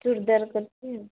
ଚୁଡ଼ିଦାର୍ କରିଛି ଆଉ